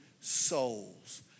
souls